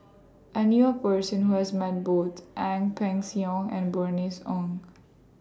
I knew A Person Who has Met Both Ang Peng Siong and Bernice Ong